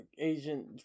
Agent